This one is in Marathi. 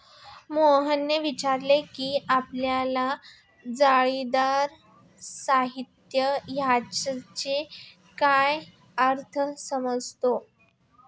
मोहितने विचारले की आपल्याला जाळीदार साहित्य याचा काय अर्थ समजतो?